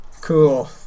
cool